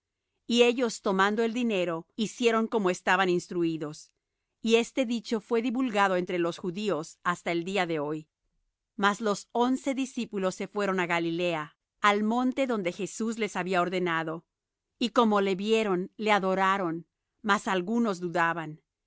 y ellos tomando el dinero hicieron como estaban instruídos y este dicho fué divulgado entre los judíos hasta el día de hoy mas los once discípulos se fueron á galilea al monte donde jesús les había ordenado y como le vieron le adoraron mas algunos dudaban